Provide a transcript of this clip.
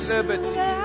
Liberty